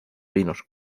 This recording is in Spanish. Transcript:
vinos